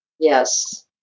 Yes